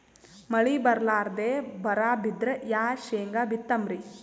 ಮಳಿ ಬರ್ಲಾದೆ ಬರಾ ಬಿದ್ರ ಯಾ ಶೇಂಗಾ ಬಿತ್ತಮ್ರೀ?